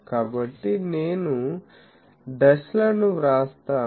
కాబట్టి నేను దశలను వ్రాస్తాను